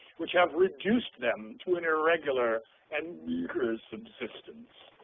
which have reduced them to an irregular and meager subsistence.